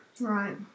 Right